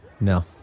No